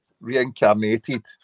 reincarnated